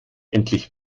endlich